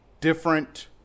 different